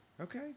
Okay